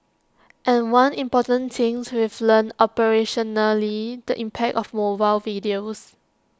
and one important things we've learnt operationally the impact of mobile videos